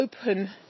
open